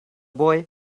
boy